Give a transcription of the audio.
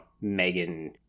Megan